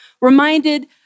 reminded